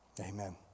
Amen